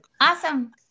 awesome